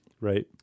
right